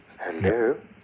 Hello